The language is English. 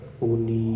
Uni